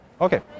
Okay